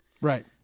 Right